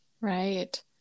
right